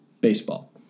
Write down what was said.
baseball